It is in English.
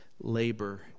labor